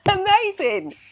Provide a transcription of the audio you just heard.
amazing